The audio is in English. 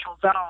zone